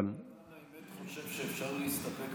למען האמת, אני חושב שאפשר להסתפק.